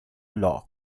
law